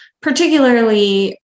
particularly